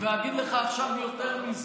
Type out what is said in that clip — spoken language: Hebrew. ואגיד לך עכשיו יותר מזה: